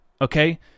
Okay